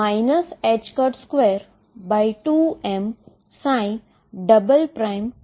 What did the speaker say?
અને તેથી શ્રોડિંજર સમીકરણ 22md2dx2 V0xaψ V0x aψEψ